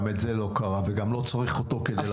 גם זה לא קרה, וגם לא צריך אותו כדי להקפיא.